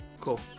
Cool